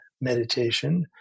meditation